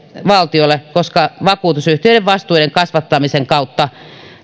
valtiolle koska vakuutusyhtiöiden vastuiden kasvattamisen kautta